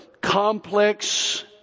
complex